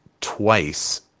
twice